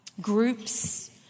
groups